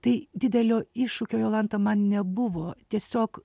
tai didelio iššūkio jolanta man nebuvo tiesiog